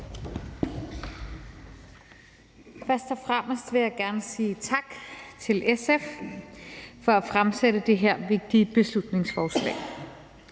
Først og fremmest vil jeg gerne sige tak til SF for at fremsætte det her vigtige beslutningsforslag.